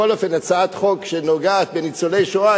בכל אופן הצעת חוק שנוגעת לניצולי השואה.